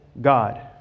God